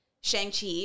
Shang-Chi